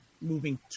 moving